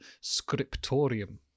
scriptorium